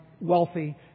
wealthy